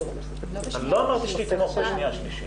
אני אגיד לך מה ההצעה שלי,